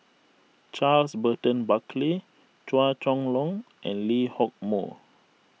Charles Burton Buckley Chua Chong Long and Lee Hock Moh